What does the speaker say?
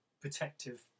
protective